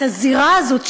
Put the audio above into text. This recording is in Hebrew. את הזירה הזאת,